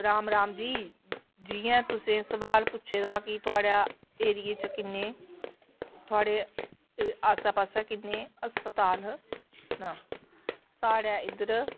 राम राम जी जियां तुसें सुआल पुच्छे दा कि थुआढ़े ऐरिये च किन्ने थुआढ़े आस्सै पास्सै किन्ने अस्पताल न साढ़े इद्धर